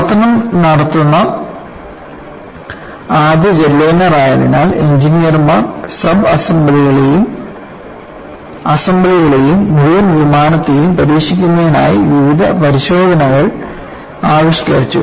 പ്രവർത്തനം നടത്തുന്ന ആദ്യ ജെറ്റ്ലൈനർ ആയതിനാൽ എഞ്ചിനീയർമാർ സബ്സെംബ്ലികളെയും അസംബ്ലികളെയും മുഴുവൻ വിമാനത്തെയും പരീക്ഷിക്കുന്നതിനായി വിവിധ പരിശോധനകൾ ആവിഷ്കരിച്ചു